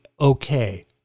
Okay